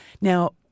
Now